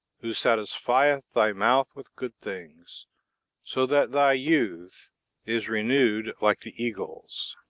who satisfieth thy mouth with good things so that thy youth is renewed like the eagle's.